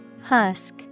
Husk